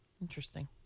Interesting